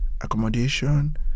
accommodation